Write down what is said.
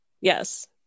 Yes